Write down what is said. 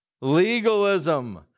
Legalism